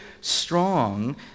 strong